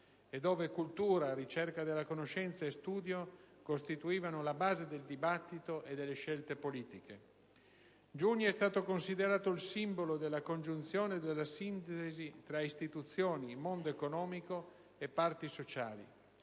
e dove cultura, ricerca della conoscenza e studio costituivano la base del dibattito e delle scelte politiche. Giugni è stato considerato il simbolo della congiunzione e della sintesi tra istituzioni, mondo economico e parti sociali,